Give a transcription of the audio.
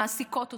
מעסיקות אותי,